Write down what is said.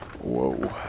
Whoa